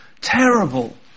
terrible